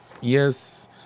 yes